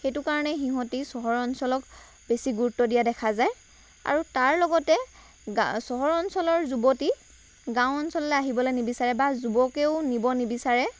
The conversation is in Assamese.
সেইটো কাৰণে সিহঁতি চহৰ অঞ্চলক বেছি গুৰুত্ব দিয়া দেখা যায় আৰু তাৰ লগতে গা চহৰ অঞ্চলৰ যুৱতী গাঁও অঞ্চললৈ আহিবলৈ নিবিচাৰে বা যুৱকেও নিব নিবিচাৰে